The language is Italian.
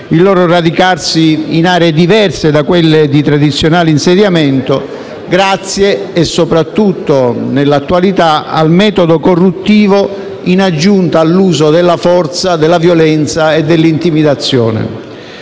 del loro radicarsi in aree diverse da quelle di tradizionale insediamento grazie, soprattutto nell'attualità, al metodo corruttivo, in aggiunta all'uso della forza, della violenza e dell'intimidazione.